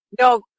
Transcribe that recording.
No